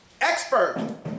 Expert